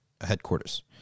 headquarters